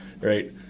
right